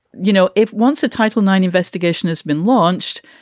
you know, if once a title nine investigation has been launched,